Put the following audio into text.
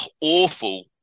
awful